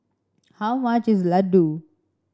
how much is Ladoo